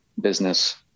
business